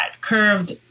curved